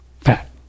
Fat